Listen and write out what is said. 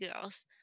girls